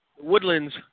Woodlands